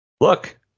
Look